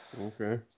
Okay